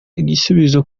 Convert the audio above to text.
igisubizo